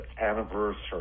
anniversary